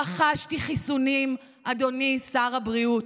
רכשתי חיסונים, אדוני שר הבריאות.